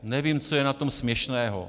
Nevím, co je na tom směšného!